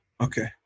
Okay